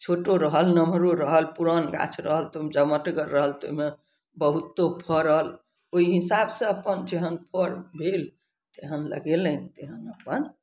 छोटो रहल नमहरो रहल पुरान गाछ रहल झमटगर रहल तऽ ओइमे बहुतो फड़ल ओहि हिसाबसँ अपन जेहन फड़ भेल तेहन लगेलनि तेहन अपन